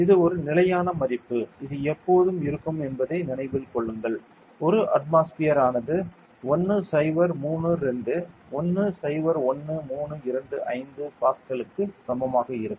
இது ஒரு நிலையான மதிப்பு இது எப்போதும் இருக்கும் என்பதை நினைவில் கொள்ளுங்கள் 1 அட்மாஸ்பியர் ஆனது 10 32 101325 பாஸ்கல் க்கு சமமாக இருக்கும்